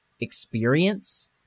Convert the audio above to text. experience